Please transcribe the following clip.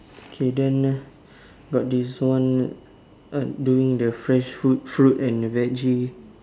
okay then got this one doing the fresh fruit fruit and veggies